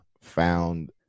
found